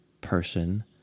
person